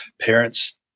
parents